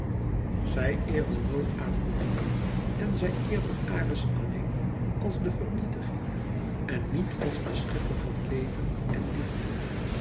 zij eerden nooit afrodite en zij eerden ares alleen als de vernietiging en niet als de schepper van leven en liefde